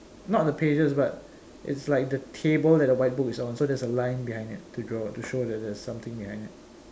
not the pages but it's like the table that the white book is on so there's a line behind it to draw to show that there's something behind it